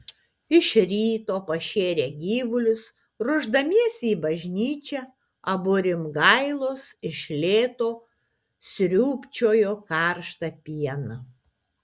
iš ryto pašėrę gyvulius ruošdamiesi į bažnyčią abu rimgailos iš lėto sriūbčiojo karštą pieną